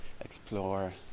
explore